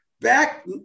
Back